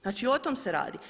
Znači o tom se radi.